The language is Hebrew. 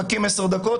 מחכים עשר דקות